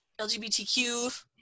LGBTQ